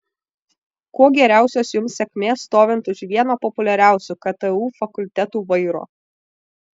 kuo geriausios jums sėkmės stovint už vieno populiariausių ktu fakultetų vairo